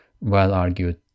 well-argued